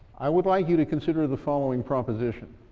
i would like you to consider the following proposition.